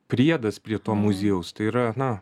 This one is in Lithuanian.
priedas prie to muziejaus tai yra na